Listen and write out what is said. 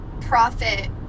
profit